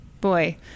Boy